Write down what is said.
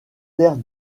terres